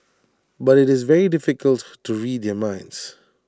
but IT is very difficult to read their minds